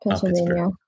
Pennsylvania